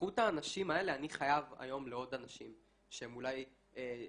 ובזכות האנשים האלה אני חייב היום לעוד אנשים שהם אולי בנקודת